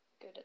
good